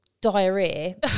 diarrhea